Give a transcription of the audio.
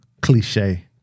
Cliche